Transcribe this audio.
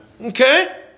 okay